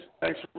Thanks